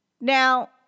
Now